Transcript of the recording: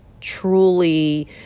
truly